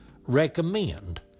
recommend